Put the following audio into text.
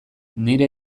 nire